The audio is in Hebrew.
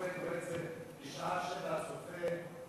כל יודע רואה את זה בשעה 19:00 בערוץ,